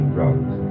Drugs